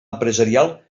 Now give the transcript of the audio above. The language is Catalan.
empresarial